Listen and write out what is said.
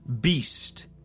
beast